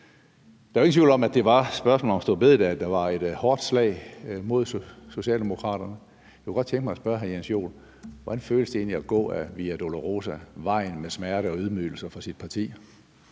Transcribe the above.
Der er jo ingen tvivl om, at det var spørgsmålet om store bededag, der var et hårdt slag mod Socialdemokraterne. Jeg kunne godt tænke mig at spørge hr. Jens Joel: Hvordan føles det egentlig at gå ad Via Dolorosa-vejen med smerte og ydmygelse for sit parti?